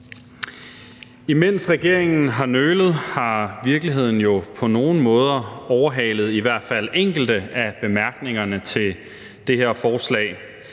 Mens regeringen har nølet, har virkeligheden jo på nogle måder overhalet i hvert fald enkelte af bemærkningerne til det her forslag.